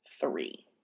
three